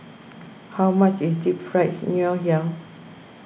how much is Deep Fried Ngoh Hiang